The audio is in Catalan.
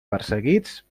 perseguits